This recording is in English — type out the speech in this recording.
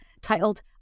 titled